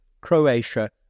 Croatia